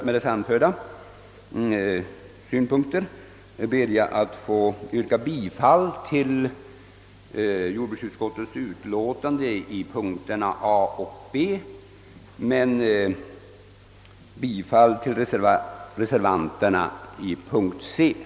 Med de anförda synpunkterna ber jag att få yrka bifall till utskottets hemställan under punkterna a) och b) men bifall till reservationen under punkt c) i utlåtandet.